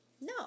No